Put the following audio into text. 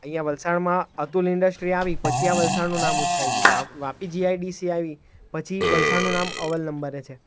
અહીંયાં વલસાડમાં અતુલ ઇન્ડસ્ટ્રી આવી પછી આ વલસાડનું નામ ઉંચકાઈ ગયું કે આ વાપી જીઆઈડીસી આવી પછી વલસાડનું નામ અવ્વલ નંબરે છે